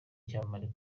icyamamare